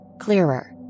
clearer